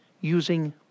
using